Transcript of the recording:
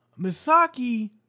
Misaki